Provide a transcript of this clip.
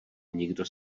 nikdo